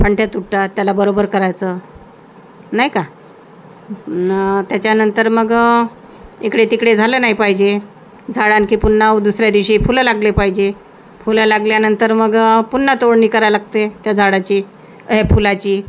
फांद्या तुटतात त्याला बरोबर करायचं नाही का त्याच्यानंतर मग इकडे तिकडे झालं नाही पाहिजे झाडं आणखी पुन्हा दुसऱ्या दिवशी फुलं लागले पाहिजे फुलं लागल्यानंतर मग पुन्हा तोडणी करायला लागते त्या झाडाची हे फुलाची